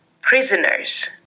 prisoners